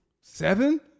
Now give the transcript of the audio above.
Seven